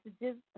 messages